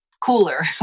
cooler